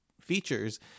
features